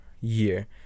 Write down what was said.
year